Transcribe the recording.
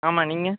ஆமாம் நீங்கள்